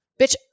bitch